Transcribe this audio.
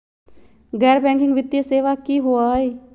गैर बैकिंग वित्तीय सेवा की होअ हई?